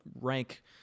rank